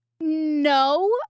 no